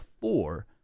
four